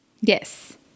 Yes